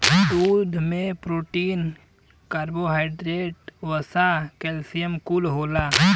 दूध में protein, carbohydrate, वसा, कैल्सियम कुल होला